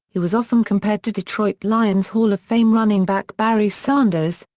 he was often compared to detroit lions hall of fame running back barry sanders,